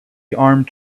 armed